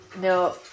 No